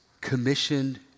commissioned